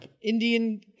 Indian